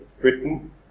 Britain